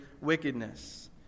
wickedness